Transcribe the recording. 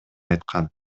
айткан